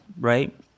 right